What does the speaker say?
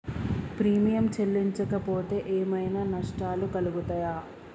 Premium చెల్లించకపోతే ఏమైనా నష్టాలు కలుగుతయా?